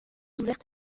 ouverte